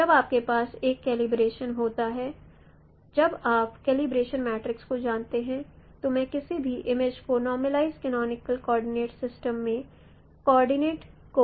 इसलिए जब आपके पास एक कलइब्रेशन होता है जब आप कलइब्रेशन मैट्रिक्स को जानते हैं तो मैं किसी भी इमेज को नॉर्मललाइज कैनोनिकल कोऑर्डिनेट सिस्टम में कोऑर्डिनेट को एक्सप्रेस् कर सकता हूं